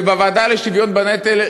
ובוועדה לשוויון בנטל,